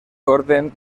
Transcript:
orden